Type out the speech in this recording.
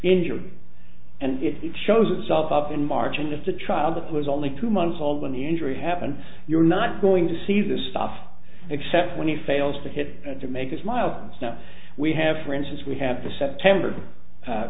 injury and it shows up in march and if the child was only two months old when the injury happened you're not going to see this stuff except when he fails to hit to make a smile we have for instance we have the september